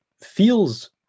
feels